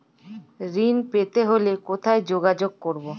ঋণ পেতে হলে কোথায় যোগাযোগ করব?